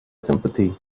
sympathy